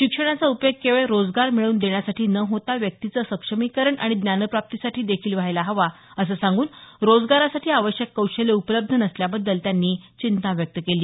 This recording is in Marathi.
शिक्षणाचा उपयोग केवळ रोजगार मिळवून देण्यासाठी न होता व्यक्तीचं सक्षमीकरण आणि ज्ञानप्राप्तीसाठी देखील व्हायला हवा असं सांगून रोजगारासाठी आवश्यक कौशल्य उपलब्ध नसल्याबद्दल त्यांनी चिंता व्यक्त केली